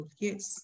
yes